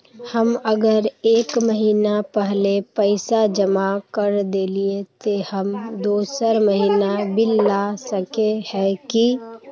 हम अगर एक महीना पहले पैसा जमा कर देलिये ते हम दोसर महीना बिल ला सके है की?